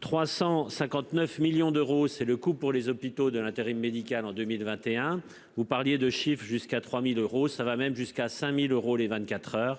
359 millions d'euros, c'est le coût pour les hôpitaux de l'intérim médical en 2021. Vous parliez de chiffre jusqu'à 3000 euros ça va même jusqu'à 5000 euros les 24h,